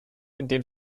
indem